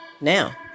now